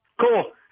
Cool